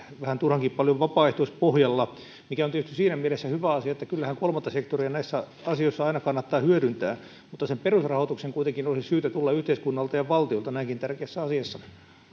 vähän turhankin paljon vapaaehtoispohjalla mikä on tietysti siinä mielessä hyvä asia että kyllähän kolmatta sektoria näissä asioissa aina kannattaa hyödyntää mutta sen perusrahoituksen kuitenkin olisi syytä tulla yhteiskunnalta ja valtiolta näinkin tärkeässä asiassa